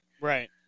Right